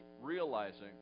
realizing